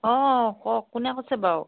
অঁ কওক কোনে কৈছে বাৰু